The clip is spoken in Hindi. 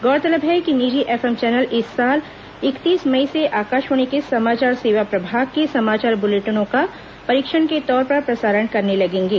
गौरतलब है कि निजी एफएम चैनल इस साल इकतीस मई से आकाशवाणी के समाचार सेवा प्रभाग के समाचार बुलेटिनों का परीक्षण के तौर पर प्रसारण करने लगेंगे